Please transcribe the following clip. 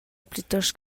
plitost